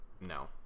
No